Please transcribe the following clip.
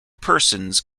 persons